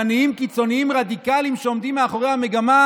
קיצוניים רדיקליים שעומדים מאחורי המגמה,